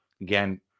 Again